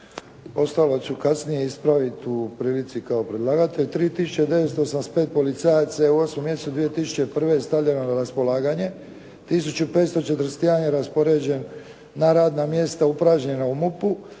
Ostalo ću kasnije ispraviti u prilici kao predlagatelj. 3985 policajaca je u 8. mjesecu 2001. stavljeno na raspolaganje 1541 je raspoređen na radna mjesta upražnjena u MUP-u,